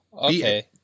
Okay